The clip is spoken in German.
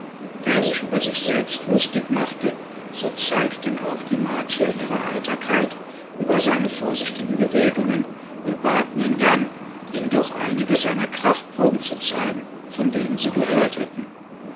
da er sich über sich selbst lustig machte so zeigten auch die martier ihre heiterkeit über seine vorsichtigen bewegungen und baten ihn dann ihnen doch einige seiner kraftproben zu zeigen von denen sie gehört hatten